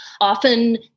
Often